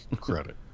credit